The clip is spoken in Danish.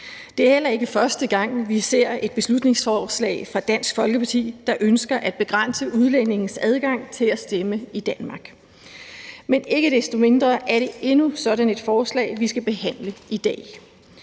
Det er end ikke første gang, vi ser et beslutningsforslag fra Dansk Folkeparti med ønsket om at begrænse udlændinges adgang til at stemme i Danmark. Ikke desto mindre er det endnu sådan et forslag, vi skal behandle i dag.